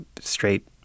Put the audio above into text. straight